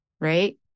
right